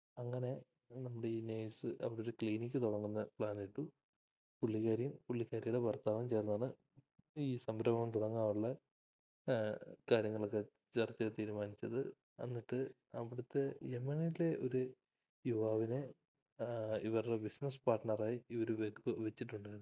അങ്ങനെ നമ്മുടെ ഈ നർസ് അവിടെയൊരു ക്ലിനിക് തുടങ്ങുന്ന പ്ലാൻ ഇട്ടു പുള്ളികാരിയും പുള്ളികാരിയുടെ ഭർത്താവും ചേർന്നാണ് ഈ സംരംഭം തുടങ്ങാനുള്ള കാര്യങ്ങളൊക്കെ ചർച്ചചെയ്തു തീരുമാനിച്ചത് എന്നിട്ട് അവിടുത്തെ യമനിലെ ഒരു യുവാവിനെ ഇവരുടെ ബിസിനസ്സ് പാർട്ണറായി ഇവരു വെച്ചിട്ടുണ്ടാരുന്നു